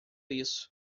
isso